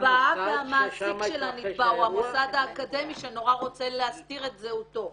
הנתבע והמעסיק של הנתבע או המוסד האקדמי שרוצה להסתיר את זהותו.